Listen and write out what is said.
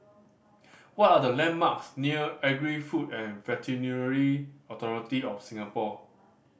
what are the landmarks near Agri Food and Veterinary Authority of Singapore